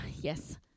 yes